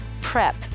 prep